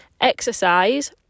exercise